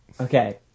Okay